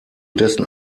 dessen